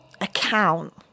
account